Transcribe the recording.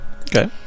Okay